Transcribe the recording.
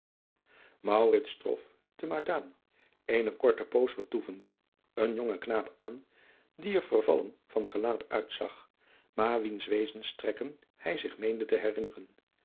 eene korte poos vertoevende een jongen knaap aan die er vervallen van gelaat uitzag maar wiens wezenstrekken hij zich meende te herinneren